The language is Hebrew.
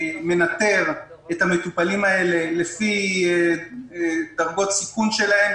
שמנטר את המטופלים האלה לפי דרגות הסיכון שלהם.